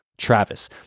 travis